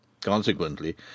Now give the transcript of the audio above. Consequently